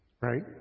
Right